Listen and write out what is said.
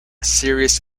serious